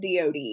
DOD